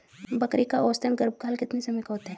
बकरी का औसतन गर्भकाल कितने समय का होता है?